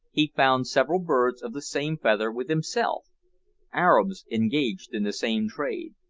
he found several birds of the same feather with himself arabs engaged in the same trade.